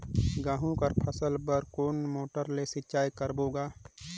गहूं कर फसल बर कोन मोटर ले सिंचाई करबो गा?